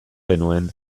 genuen